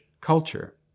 culture